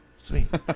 Sweet